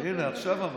הינה, עכשיו אמרת.